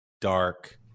dark